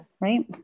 Right